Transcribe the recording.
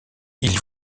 ils